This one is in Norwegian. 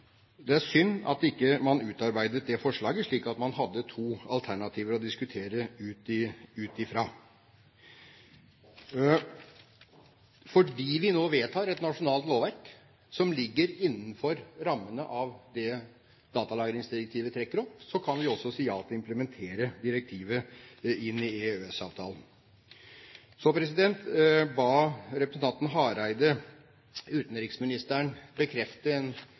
Det er synd at man ikke utarbeidet det forslaget, slik at man hadde to alternativer å diskutere ut fra. Fordi vi nå vedtar et nasjonalt lovverk, som ligger innenfor rammene av det datalagringsdirektivet trekker opp, kan vi også si ja til å implementere direktivet i EØS-avtalen. Så ba representanten Hareide utenriksministeren bekrefte